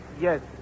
Yes